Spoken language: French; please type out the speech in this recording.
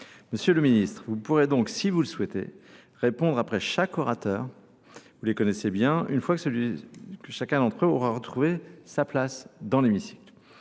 Monsieur le Ministre, vous pourrez donc, si vous le souhaitez, répondre après chaque orateur, vous les connaissez bien, une fois que chacun d'entre eux aura retrouvé sa place dans l'hémicycle.